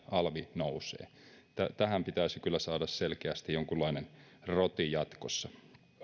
alvi nousee tähän pitäisi kyllä saada selkeästi jonkunlainen roti jatkossa